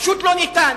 פשוט לא ניתן,